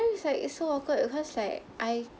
know it's like so awkward cause like I